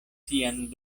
sian